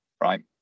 right